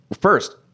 first